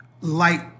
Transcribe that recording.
light